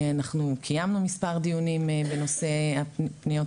אנחנו קיימנו מספר דיונים בנושא פניות